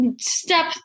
step